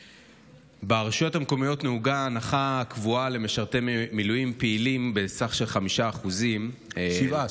ברשויות המקומיות נהוגה הנחה קבועה למשרתי מילואים פעילים בסך 5%. 7%,